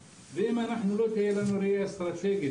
לא תהיה לנו ראייה אסטרטגית,